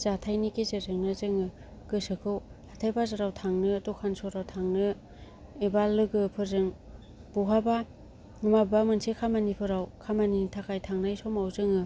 जाथायनि गेजेरजोंनो जोङो गोसोखौ हाथाय बाजाराव थांनो दखान सोहोराव थांनो एबा लोगोफोरजों बहाबा माबेबा मोनसे खामानिफोराव खामानिनि थाखाय थांनाय समाव जोङो